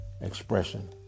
expression